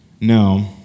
No